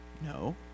No